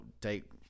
take